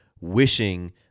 wishing